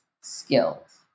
skills